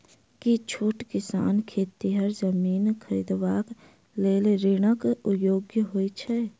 की छोट किसान खेतिहर जमीन खरिदबाक लेल ऋणक योग्य होइ छै?